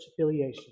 affiliation